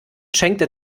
schenkte